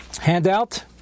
handout